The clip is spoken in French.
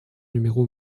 numéro